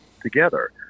together